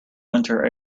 winter